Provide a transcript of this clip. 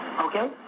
okay